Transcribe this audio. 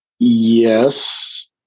Yes